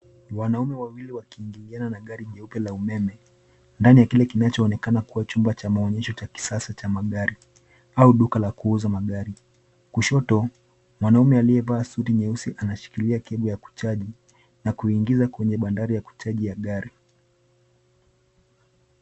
Wanaume wawili wakiingiliana na gari jeupe la umeme, ndani ya kile kinachoonekana kuwa chumba cha maonyesho cha kisasa cha magari au duka la kuuza magari. Kushoto, mwanaume aliyevaa suti nyeusi anashikilia keli ya kuchaji na kuingiza kwenye bandari ya kuchaji ya gari.